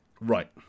right